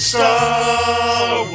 Star